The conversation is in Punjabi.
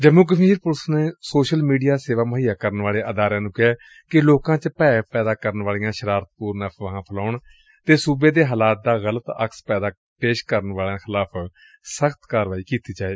ਜੰਮੁ ਕਸ਼ਮੀਰ ਪੁਲਿਸ ਨੇ ਸੋਸ਼ਲ ਮੀਡੀਆ ਸੇਵਾ ਮੁਹੱਈਆ ਕਰਨ ਵਾਲੇ ਅਦਾਰਿਆਂ ਨੂੰ ਕਿਹੈ ਕਿ ਲੋਕਾ ਚ ਭੈਅ ਪੈਦਾ ਕਰਨ ਵਾਲੀਆਂ ਸ਼ਰਾਰਤਪੁਰਨ ਅਫਵਾਹਾਂ ਫੈਲਾਉਣ ਸੁਬੇ ਦੇ ਹਾਲਾਤ ਦਾ ਗਲਤ ਅਕਸ ਪੇਸ਼ ਕਰਨ ਵਾਲੀਆਂ ਖਿਲਾਫ਼ ਕਾਰਵਾਈ ਕੀਤੀ ਜਾਏ